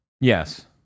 yes